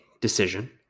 decision